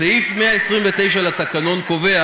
סעיף 129 לתקנון קובע